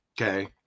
Okay